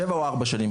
שבע או ארבע שנים.